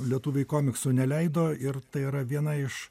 lietuviai komiksų neleido ir tai yra viena iš